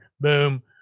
Boom